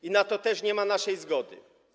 I na to też nie ma naszej zgody.